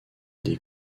des